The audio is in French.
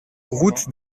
route